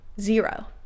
zero